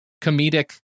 comedic